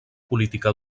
política